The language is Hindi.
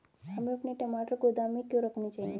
हमें अपने टमाटर गोदाम में क्यों रखने चाहिए?